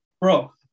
Bro